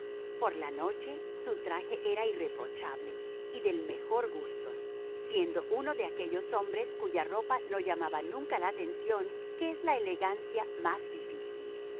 por la noche su traje era irreprochable y del mejor gusto siendo uno de aquellos hombres cuya ropa no llamaba nunca la atención que es la elegancia más difícil